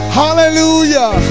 hallelujah